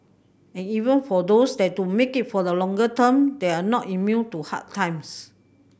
and even for those that do make it for the longer term they are not immune to hard times